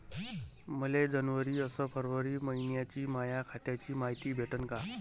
मले जनवरी अस फरवरी मइन्याची माया खात्याची मायती भेटन का?